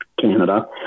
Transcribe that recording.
Canada